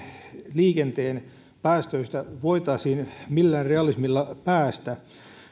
liikenteen päästöistä voitaisiin millään realismilla päästä